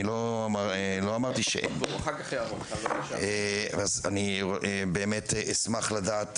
אני לא אמרתי שאין אז אני באמת אשמח לדעת,